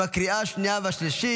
בקריאה השנייה והשלישית.